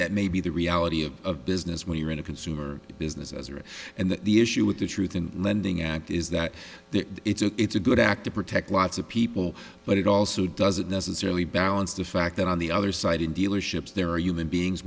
that may be the reality of a business when you're in a consumer business as are and the issue with the truth in lending act is that it's a it's a good act to protect lots of people but it also doesn't necessarily balance the fact that on the other side in dealerships there are human beings